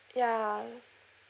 ya